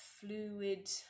fluid